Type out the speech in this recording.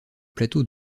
plateau